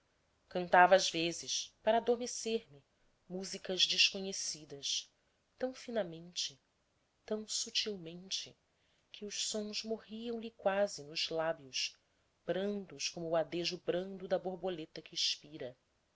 cantava às vezes para adormecer me músicas desconhecidas tão finamente tão sutilmente que os sons morriam lhe quase nos lábios brandos como o adejo brando da borboleta que expira